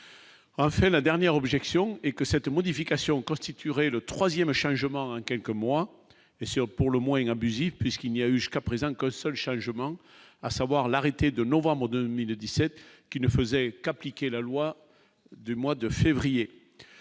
enfin, la dernière objection et que cette modification constituerait le 3ème changement en quelques mois et sûr pour le moins abusive puisqu'il n'y a eu jusqu'à présent que seuls chargement, à savoir l'arrêté de novembre 2017 qui ne faisait qu'appliquer la loi du mois de février